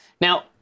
Now